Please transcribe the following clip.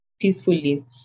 peacefully